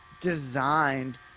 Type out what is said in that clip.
designed